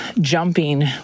jumping